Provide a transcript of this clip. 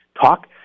Talk